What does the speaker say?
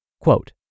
Quote